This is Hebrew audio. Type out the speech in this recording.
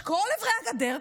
מכל עברי הגדר,